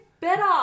better